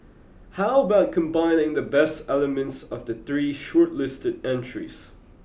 how about combining the best elements of the three shortlisted entries